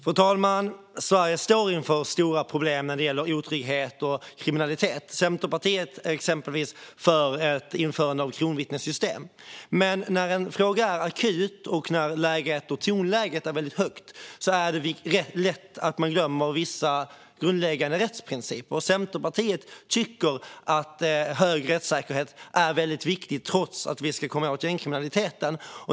Fru talman! Sverige har stora problem när det gäller otrygghet och kriminalitet. Centerpartiet är exempelvis för att införa ett system med kronvittnen. Men när något är akut och läget och tonläget är väldigt högt glömmer man lätt vissa grundläggande rättsprinciper. Centerpartiet tycker att hög rättssäkerhet är väldigt viktigt, även när vi försöker komma åt gängkriminaliteten.